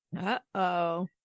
Uh-oh